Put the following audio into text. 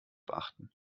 beachten